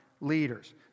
leaders